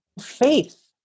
faith